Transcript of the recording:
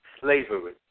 slavery